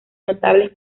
notables